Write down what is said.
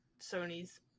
Sony's